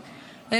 חברים.